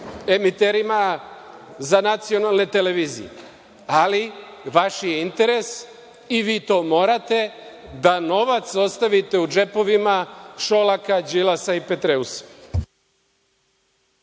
emiterima za nacionalne televizije, ali vaš je interes i vi to morate da novac ostavite u džepovima Šolaka, Đilasa i Petreusa.